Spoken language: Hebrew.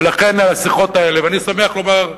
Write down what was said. ולכן, השיחות האלה, ואני שמח לומר,